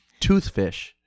Toothfish